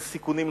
של סיכונים,